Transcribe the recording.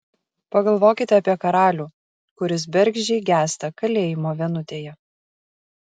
pagalvokite apie karalių kuris bergždžiai gęsta kalėjimo vienutėje